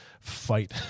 fight